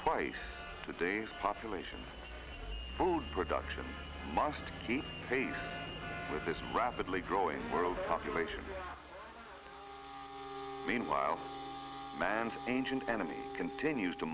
twice today's population food production must stay with this rapidly growing world population meanwhile man's ancient enemy continues to